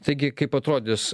taigi kaip atrodys